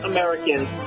Americans